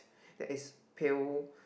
that is pale